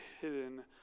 hidden